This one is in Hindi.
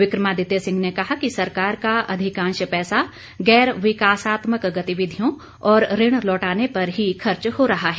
विक्रमादित्य सिंह ने कहा कि सरकार का अधिकांश पैसा गैर विकासात्मक गतिविधियों और ऋण लौटाने पर ही खर्च हो रहा है